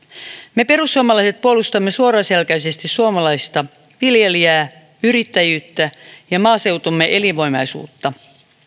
me perussuomalaiset puolustamme suoraselkäisesti suomalaista viljelijää yrittäjyyttä ja maaseutumme elinvoimaisuutta